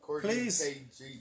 Please